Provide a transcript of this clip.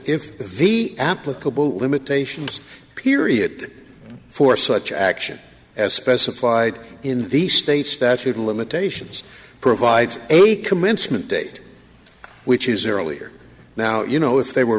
v applicable limitations period for such action as specified in the state statute of limitations provides a commencement date which is earlier now you know if they were